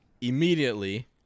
immediately